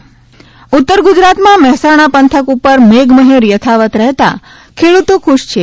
વરસાદ ઉત્તરગૂજરાતમાં મહેસાણા પંથક ઉપર મેઘમહેર યથાવત રહેતા ખેડ્રતો ખૂશ છે